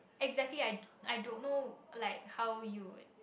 exactly I don't know like how you